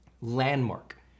landmark